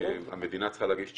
המדינה צריכה להגיש תשובה,